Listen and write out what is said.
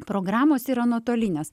programos yra nuotolinės